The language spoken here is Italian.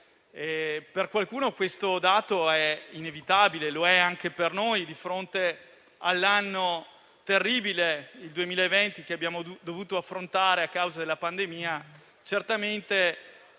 Per qualcuno questo dato è inevitabile e lo è anche per noi. Di fronte all'anno terribile, il 2020, che abbiamo dovuto affrontare a causa della pandemia, certamente